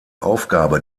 aufgabe